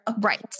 right